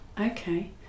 Okay